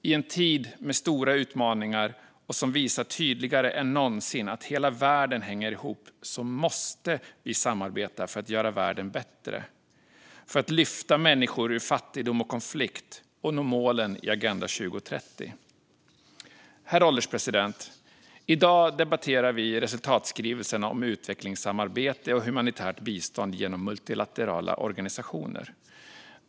I en tid med stora utmaningar, som visar tydligare än någonsin att hela världen hänger ihop, måste vi samarbeta för att göra världen bättre, för att lyfta människor ur fattigdom och konflikt och för att nå målen i Agenda 2030. Herr ålderspresident! I dag debatterar vi resultatskrivelsen om utvecklingssamarbete och humanitärt bistånd genom multilaterala organisationer.